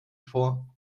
vor